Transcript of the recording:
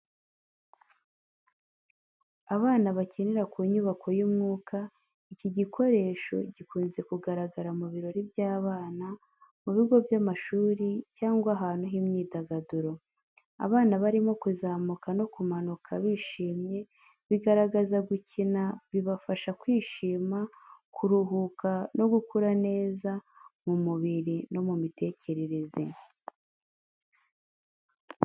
Abana bakinira ku nyubako y’umwuka. Iki gikoresho gikunze kugaragara mu birori by'abana, mu bigo by'amashuri cyangwa ahantu h’imyidagaduro. Abana barimo kuzamuka no kumanuka bishimye, bigaragaza gukina bibafasha kwishima, kuruhuka no gukura neza mu mubiri no mu mitekerereze.